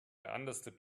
understand